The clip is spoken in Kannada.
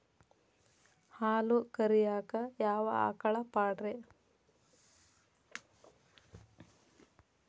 ಹಾಲು ಕರಿಯಾಕ ಯಾವ ಆಕಳ ಪಾಡ್ರೇ?